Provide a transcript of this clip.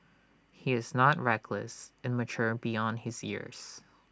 he is not reckless and mature beyond his years